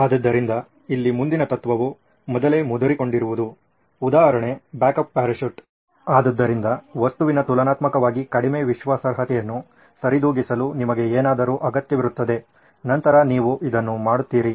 ಆದ್ದರಿಂದ ಇಲ್ಲಿ ಮುಂದಿನ ತತ್ವವು ಮೊದಲೇ ಮುದರಿಕೊಂಡಿರುವುದು ಉದಾಹರಣೆ ಬ್ಯಾಕಪ್ ಪ್ಯಾರಾಚೂಟ್ ಆದ್ದರಿಂದ ವಸ್ತುವಿನ ತುಲನಾತ್ಮಕವಾಗಿ ಕಡಿಮೆ ವಿಶ್ವಾಸಾರ್ಹತೆಯನ್ನು ಸರಿದೂಗಿಸಲು ನಿಮಗೆ ಏನಾದರೂ ಅಗತ್ಯವಿರುತ್ತದೆ ನಂತರ ನೀವು ಇದನ್ನು ಮಾಡುತ್ತೀರಿ